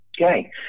Okay